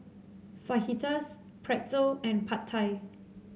Fajitas Pretzel and Pad Thai